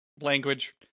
language